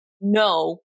no